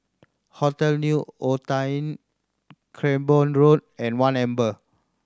Hotel New Otani Cranborne Road and One Amber